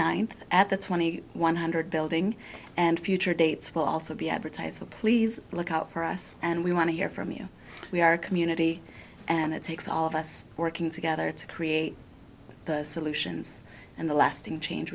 ninth at the twenty one hundred building and future dates will also be advertised please look out for us and we want to hear from you we are a community and it takes all of us working together to create solutions and the lasting change